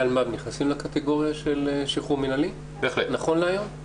אלמ"ב נכנסים לקטגוריה של שחרור מינהלי נכון להיום?